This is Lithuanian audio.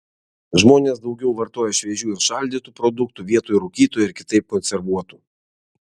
žmonės daugiau vartoja šviežių ir šaldytų produktų vietoj rūkytų ir kitaip konservuotų